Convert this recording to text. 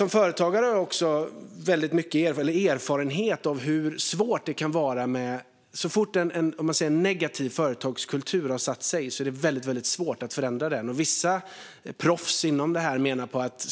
Eftersom jag är företagare vet jag att så fort en negativ företagskultur har satt sig är det mycket svårt att förändra den. Vissa proffs menar att